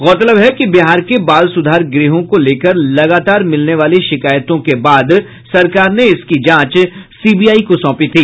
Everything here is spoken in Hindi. गौरतलब है कि बिहार के बाल सुधार गृहों को लेकर लगातार मिलने वाली शिकायतों के बाद सरकार ने इसकी जांच सीबीआई को सौंपी थी